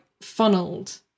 funneled